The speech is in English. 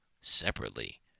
separately